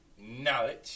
knowledge